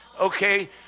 okay